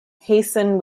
hasten